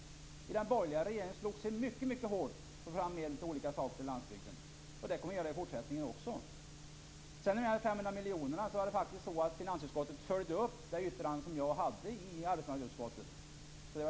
I den borgerliga regeringen slogs vi mycket hårt för att få fram medel till olika saker på landsbygden. Det kommer vi att göra i fortsättningen också. När det gäller de 500 miljonerna följde finansutskottet upp det yttrande som jag hade i arbetsmarknadsutskottet.